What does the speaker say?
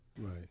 Right